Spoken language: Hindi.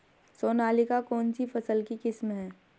सोनालिका कौनसी फसल की किस्म है?